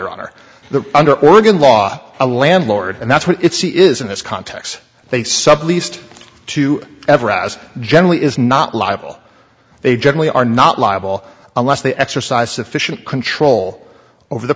or under the under oregon law a landlord and that's what is in this context they subleased to ever ask generally is not liable they generally are not liable unless they exercise sufficient control over the